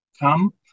come